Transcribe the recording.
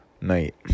night